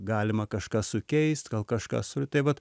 galima kažką sukeist gal kažkas tai vat